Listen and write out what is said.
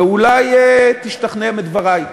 ואולי תשתכנע מדברי.